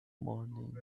morning